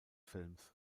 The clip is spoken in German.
films